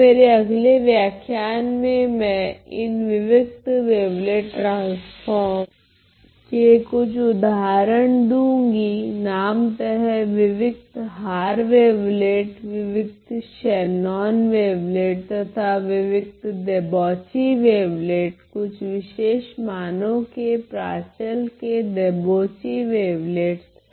तो मेरे अगले व्याख्यान में मैं इन विविक्त वेवलेट ट्रांसफोर्म के कुछ उदाहरण दूँगी नामतः विविक्त हार वेवलेट विविक्त शेन्नॉन वेवलेट तथा विविक्त देबौची वेवलेट कुछ विशेष मानों के प्राचल के देबौची वेवलेट्स